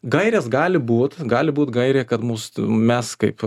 gairės gali būt gali būt gairė kad mus mes kaip